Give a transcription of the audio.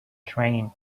train